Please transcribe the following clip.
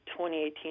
2018